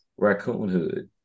raccoonhood